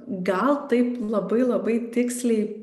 gal taip labai labai tiksliai